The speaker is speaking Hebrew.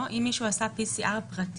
אם מישהו עשה PCR פרטי,